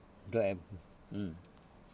the m~ mm